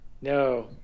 No